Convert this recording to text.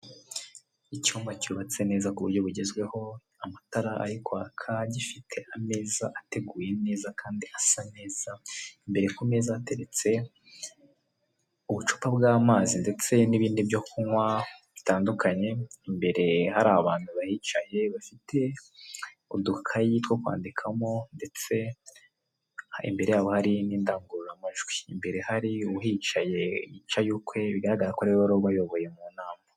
Icyumba cy'ubatse neza ku buryo bugezweho amatara ari kwaka gifite ameza ateguye neza kandi asa neza imbere ku meza hateretse ubucupa bw'amazi ndetse n'ibindi byo kunywa bitandukanye imbere hari abantu bahicaye bafite udukayi two kwandikamo ndetse imbere yabo hari n'indangururamajwi imbere hari uhicaye yicaye ukwe bigaragara ko ariwe wari wayoboye mu nama .